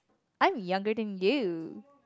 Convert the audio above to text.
I'm younger than you